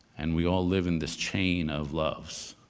and we all live in this chain of loves.